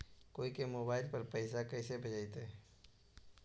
कोई के मोबाईल पर पैसा कैसे भेजइतै?